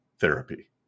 therapy